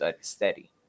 steady